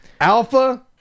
Alpha